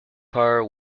power